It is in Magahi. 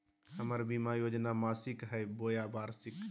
हमर बीमा योजना मासिक हई बोया वार्षिक?